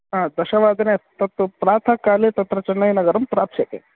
हा दशवादने तत् प्रातःकाले तत्र चन्नैनगरं प्राप्स्यते